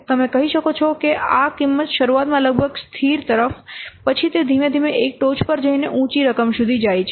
તમે કહી શકો છો કે આ કિંમત શરૂઆતમાં લગભગ સ્થિર તરફ પછી તે ધીમે ધીમે એક ટોચ પર જઈને ઉંચી રકમ સુધી જાય છે